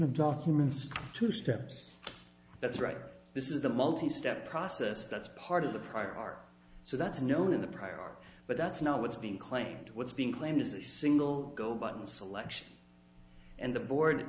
of documents to steps that's right this is a multi step process that's part of the prior art so that's known in a prior art but that's not what's being claimed what's being claimed is the single go button selection and the board